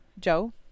Joe